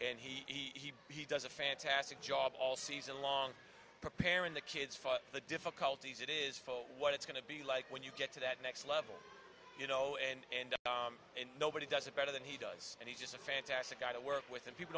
and he he does a fantastic job all season long preparing the kids for the difficulties it is for what it's going to be like when you get to that next level you know and nobody does it better than he does and he's just a fantastic guy to work with and people